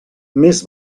més